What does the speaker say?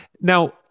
now